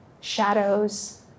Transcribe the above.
shadows